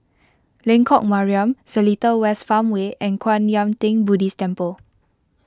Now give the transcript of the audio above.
Lengkok Mariam Seletar West Farmway and Kwan Yam theng Buddhist Temple